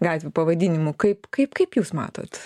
gatvių pavadinimų kaip kaip kaip jūs matot